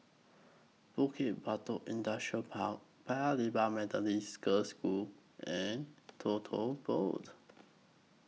Bukit Batok Industrial Park Paya Lebar Methodist Girls' School and Tote Board